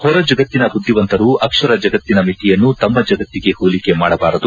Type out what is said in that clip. ಹೊರ ಜಗತ್ತಿನ ಬುದ್ದಿವಂತರು ಅಕ್ಷರ ಜಗತ್ತಿನ ಮಿತಿಯನ್ನು ತಮ್ಮ ಜಗತ್ತಿಗೆ ಹೋಲಿಕೆ ಮಾಡಬಾರದು